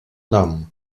nom